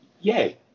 Yay